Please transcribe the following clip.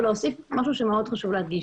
ולהוסיף משהו שחשוב מאוד להדגיש.